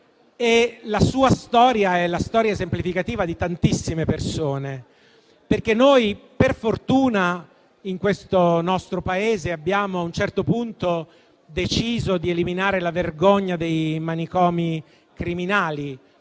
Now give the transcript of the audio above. La sua è la storia esemplificativa di tantissime persone. Per fortuna, in questo nostro Paese abbiamo a un certo punto deciso di eliminare la vergogna dei manicomi criminali,